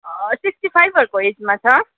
sixty फाइभहरूको एजमा छ